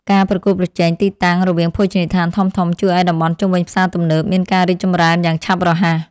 ការប្រកួតប្រជែងទីតាំងរវាងភោជនីយដ្ឋានធំៗជួយឱ្យតំបន់ជុំវិញផ្សារទំនើបមានការរីកចម្រើនយ៉ាងឆាប់រហ័ស។